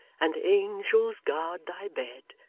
and angels guard thy bed!